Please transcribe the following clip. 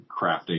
crafting